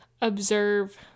observe